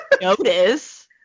notice